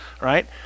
right